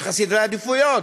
יש לך סדרי עדיפויות,